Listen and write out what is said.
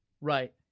right